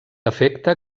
efecte